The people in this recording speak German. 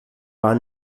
war